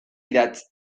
idatz